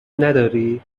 نداری